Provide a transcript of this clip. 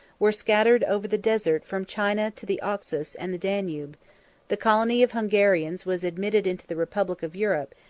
were scattered over the desert from china to the oxus and the danube the colony of hungarians was admitted into the republic of europe,